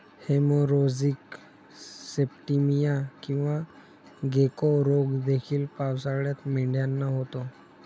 haemorrhagic septicaemia किंवा गेको रोग देखील पावसाळ्यात मेंढ्यांना होतो